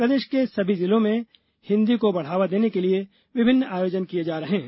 प्रदेश के सभी जिलों में भी हिन्दी को बढ़ाव देने के लिए विभिन्न आयोजन किये जा रहे हैं